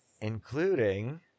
Including